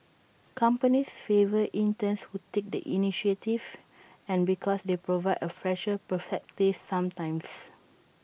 companies favour interns who take the initiative and because they provide A fresher perspective sometimes